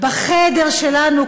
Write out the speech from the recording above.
בחדר שלנו,